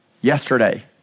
yesterday